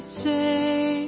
say